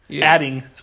Adding